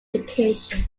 education